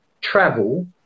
travel